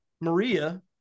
Maria